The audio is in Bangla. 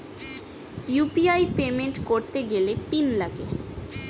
ইউ.পি.আই পেমেন্ট করতে গেলে পিন লাগে